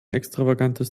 extravagantes